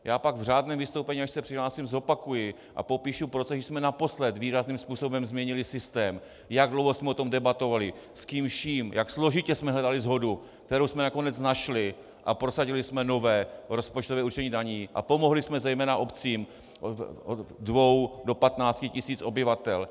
Já pak v řádném vystoupení, až se přihlásím, zopakuji a popíšu proces, kdy jsme naposled výrazným způsobem změnili systém, jak dlouho jsme o tom debatovali, s kým vším, jak složitě jsme hledali shodu, kterou jsme nakonec našli, a prosadili jsme nové rozpočtové určení daní a pomohli jsme zejména obcím od dvou do patnácti tisíc obyvatel.